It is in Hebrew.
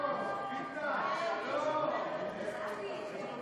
סעיפים 1 3